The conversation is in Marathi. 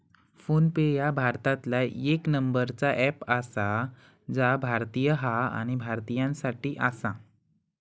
फोन पे ह्या भारतातला येक नंबरचा अँप आसा जा भारतीय हा आणि भारतीयांसाठी आसा